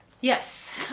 yes